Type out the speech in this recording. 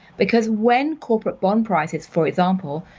because when corporate bond prices, for example,